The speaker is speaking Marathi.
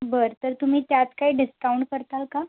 बरं तर तुम्ही त्यात काही डिस्काऊंट करताल का